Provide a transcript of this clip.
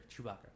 Chewbacca